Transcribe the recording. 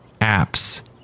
apps